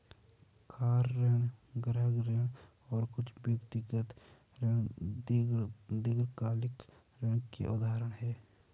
car ऋण, गृह ऋण और कुछ व्यक्तिगत ऋण दीर्घकालिक ऋण के उदाहरण हैं